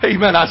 Amen